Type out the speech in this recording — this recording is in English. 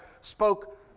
spoke